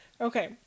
Okay